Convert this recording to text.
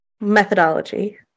methodology